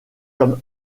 comme